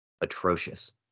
atrocious